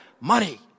money